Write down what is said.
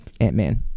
Ant-Man